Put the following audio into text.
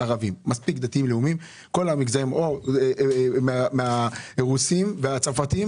מספיק דתיים לאומיים כל המגזרים החל ברוסים ובצרפתים